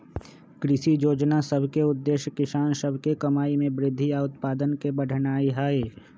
कृषि जोजना सभ के उद्देश्य किसान सभ के कमाइ में वृद्धि आऽ उत्पादन के बढ़ेनाइ हइ